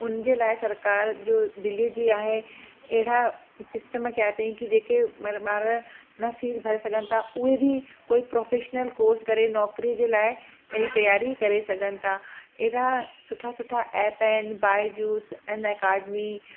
उन जे लाइ सरकार जो दिल्लीअ जी आहे अहिड़ा सिस्टम कया अथई कि जेके मतिलबु ॿार न फीस भरे सघनि था उहे बि कोई प्रोफेशिनल कॉर्स करे नौकरी जे लाइ पंहिंजी तयारी करे सघनि था अहिड़ा सुठा सुठा ऐप आहिनि बाए जूस ऐन अकाडिमी